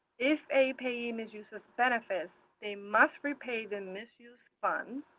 if a payee misuses benefits, they must repay the and misused funds.